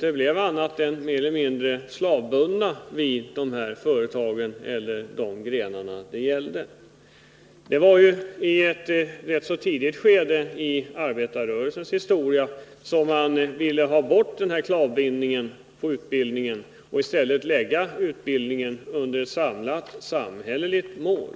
blev mer eller mindre klavbundna i de företag det gällde. Rätt tidigt i arbetarrörelsens historia ställdes krav på att ta bort den här klavbindningen i utbildningen och i stället lägga utbildningen under ett samlat samhälleligt mål.